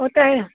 ꯑꯣ ꯇꯥꯏꯌꯦ